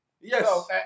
Yes